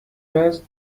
وزن